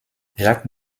jacques